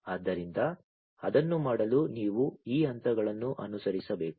ಆದ್ದರಿಂದ ಅದನ್ನು ಮಾಡಲು ನೀವು ಈ ಹಂತಗಳನ್ನು ಅನುಸರಿಸಬೇಕು